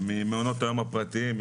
ממעונות היום הפרטיים.